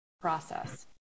process